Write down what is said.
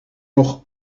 nog